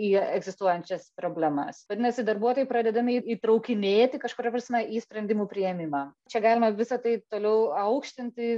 į egzistuojančias problemas vadinasi darbuotojai pradedami įtraukinėti kažkuria prasme į sprendimų priėmimą čia galima visa tai toliau aukštinti